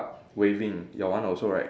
waving your one also right